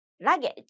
Luggage